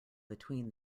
between